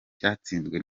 cyatsinzwe